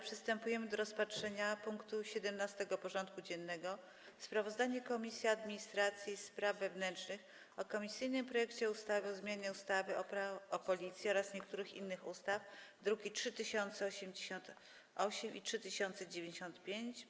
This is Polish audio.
Przystępujemy do rozpatrzenia punktu 17. porządku dziennego: Sprawozdanie Komisji Administracji i Spraw Wewnętrznych o komisyjnym projekcie ustawy o zmianie ustawy o Policji oraz niektórych innych ustaw (druki nr 3088 i 3095)